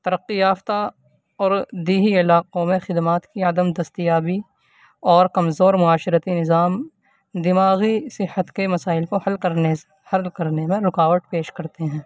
ترقی یافتہ اور دیہی علاقوں میں خدمات کی عدم دستیابی اور کمزور معاشرتی نظام دماغی صحت کے مسائل کو حل کرنے حل کرنے میں رکاوٹ پیش کرتے ہیں